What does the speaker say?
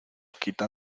quita